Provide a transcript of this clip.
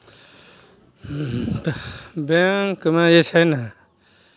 बैंकमे जे छै ने